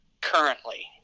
currently